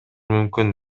мүмкүн